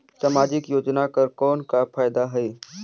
समाजिक योजना कर कौन का फायदा है?